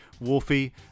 Wolfie